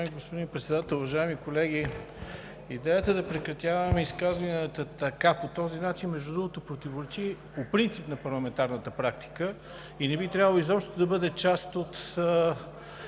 Уважаеми господин Председател, уважаеми колеги! Идеята да прекратяваме изказванията така, по този начин, между другото, противоречи по принцип на парламентарната практика и не би трябвало изобщо да бъде част от